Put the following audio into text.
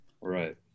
Right